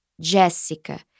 Jessica